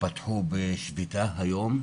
פתוח בשביתה, היום.